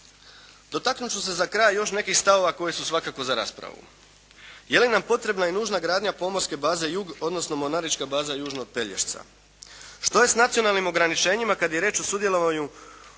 Dotaknut ću se za kraj još nekih stavova koji su svakako za raspravu. Je li nam potrebna i nužna gradnja pomorske baze jug, odnosno mornarička baza južno od Pelješca. Što je sa nacionalnim ograničenjima kada je riječ o sudjelovanju